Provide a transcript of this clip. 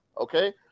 Okay